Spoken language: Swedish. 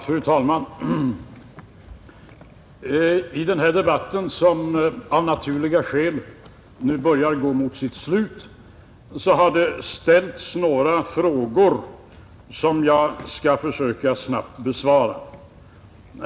Fru talman! I den här debatten, som av naturliga skäl nu börjar gå mot sitt slut, har det ställts några frågor som jag skall försöka snabbt besvara.